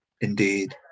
Indeed